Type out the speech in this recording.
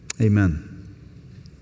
Amen